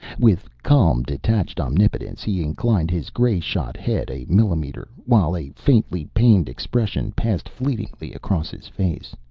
with calm, detached omnipotence he inclined his grey-shot head a millimeter, while a faintly pained expression passed fleetingly across his face.